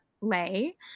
lay